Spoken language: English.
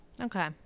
Okay